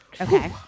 Okay